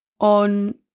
on